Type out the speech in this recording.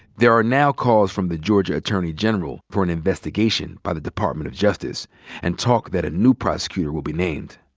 there are now calls from the georgia attorney general for an investigation by the department of justice and talk that a new prosecutor will be named.